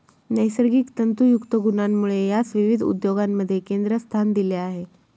नैसर्गिक तंतुयुक्त गुणांमुळे यास विविध उद्योगांमध्ये केंद्रस्थान दिले आहे